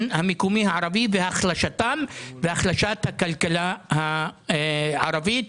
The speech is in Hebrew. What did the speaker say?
המקומי הערבי והחלשתם והחלשת הכלכלה הערבית.